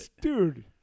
Dude